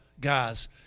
guys